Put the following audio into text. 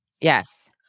Yes